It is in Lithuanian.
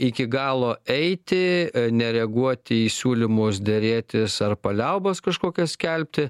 iki galo eiti nereaguoti į siūlymus derėtis ar paliaubas kažkokias skelbti